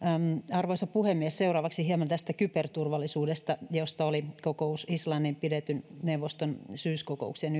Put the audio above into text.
arvoisa puhemies seuraavaksi hieman tästä kyberturvallisuudesta josta oli kokous islannissa pidetyn neuvoston syyskokouksen